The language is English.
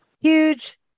huge